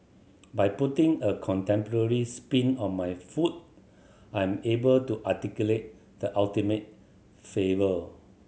by putting a contemporary spin on my food I'm able to articulate the ultimate flavour